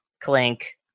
Clink